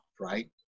right